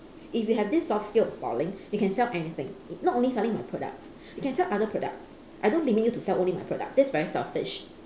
if you have this soft skill installing you can sell anything not only selling my products you can sell other products I don't limit you to sell only my products this very selfish